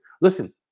Listen